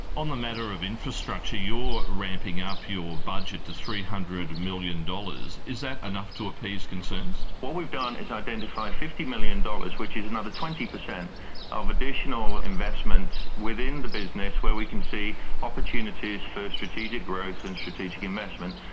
on the matter of infrastructure, you're ramping up your budget to three hundred million dollars. is that enough to appease concerns? what we've done is identify fifty million dollars, which is another twenty percent ah of additional investment within the business where we can see opportunities for strategic growth and strategic investment.